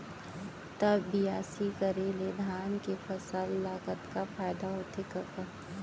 त बियासी करे ले धान के फसल ल कतका फायदा होथे कका?